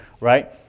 right